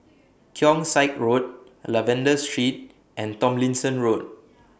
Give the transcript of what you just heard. Keong Saik Road Lavender Street and Tomlinson Road